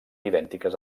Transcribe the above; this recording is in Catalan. idèntiques